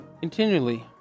continually